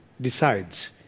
decides